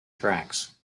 tracks